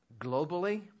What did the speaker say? globally